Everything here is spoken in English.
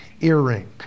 earring